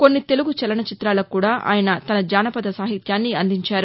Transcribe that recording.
కొన్ని తెలుగు చలన చిత్రాలకు కూడా ఆయన తన జానపద సాహిత్యాన్ని అందించారు